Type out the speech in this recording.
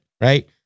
right